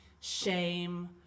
shame